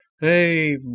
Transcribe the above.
Hey